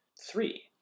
Three